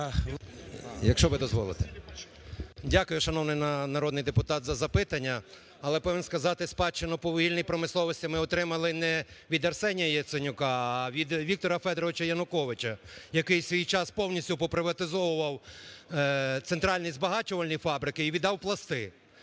дякую, шановний народний депутат за запитання. Але повинен сказати, спадщину по вугільній промисловості ми отримали не від Арсенія Яценюка, а від Віктора Федоровича Януковича, який в свій час повністю поприватизовував центральні збагачувальні фабрики і віддав пласти.